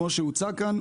כמו שהוצג כאן,